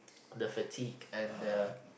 the fatigue and the